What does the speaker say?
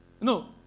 No